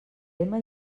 lema